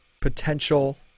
potential